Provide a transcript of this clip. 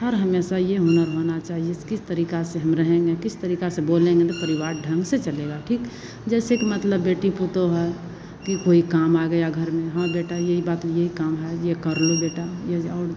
हर हमेशा यह हुनर होना चाहिए जैसे किस तरीके से हम रहेंगे किस तरीके से बोलेंगे तो परिवार ढंग से चलेगा ठीक जैसे कि मतलब बेटी पतोह है कि कोई काम आ गया घर में हाँ बेटा यही बात यही काम है यह कर लो बेटा यह जो और